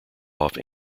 off